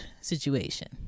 situation